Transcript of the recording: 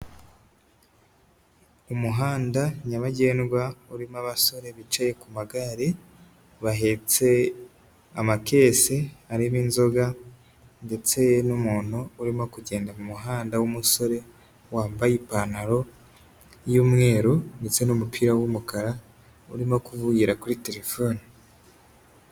Umuhanda nyabagendwa urimo abasore bicaye ku magare bahetse amakesi arimo inzoga ndetse n'umuntu urimo kugenda mu muhanda w'umusore wambaye ipantaro y'umweru ndetse n'umupira w'umukara urimo kuvugira kuri terefone.